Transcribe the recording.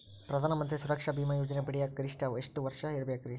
ಪ್ರಧಾನ ಮಂತ್ರಿ ಸುರಕ್ಷಾ ಭೇಮಾ ಯೋಜನೆ ಪಡಿಯಾಕ್ ಗರಿಷ್ಠ ಎಷ್ಟ ವರ್ಷ ಇರ್ಬೇಕ್ರಿ?